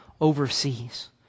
overseas